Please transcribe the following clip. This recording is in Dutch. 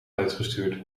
uitgestuurd